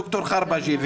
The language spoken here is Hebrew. ד"ר חרבג'י.